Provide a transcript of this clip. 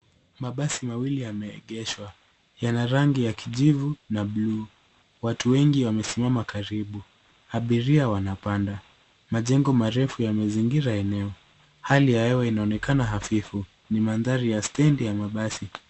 Mabasi mawili yameegeshwa. Yana rangi ya kijivu na blue . Watu wengi wamesimama karibu. Abiria wanapanda. Majengo marefu yamezingira eneo. Hali ya hewa inaonekana hafifu. Ni mandhari ya stendi ya mabasi.